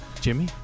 Jimmy